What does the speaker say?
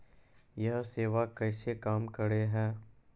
यह सेवा कैसे काम करै है?